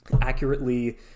accurately